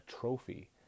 trophy